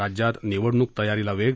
राज्यात निवडणूक तयारीला वेग